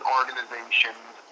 organizations